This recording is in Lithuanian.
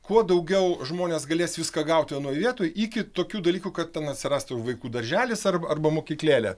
kuo daugiau žmonės galės viską gauti vienoj vietoj iki tokių dalykų kad ten atsirastų vaikų darželis ar arba mokyklėlė